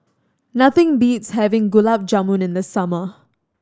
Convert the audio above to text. nothing beats having Gulab Jamun in the summer